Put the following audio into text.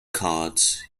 cards